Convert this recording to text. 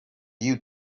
you